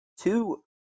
two